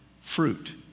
fruit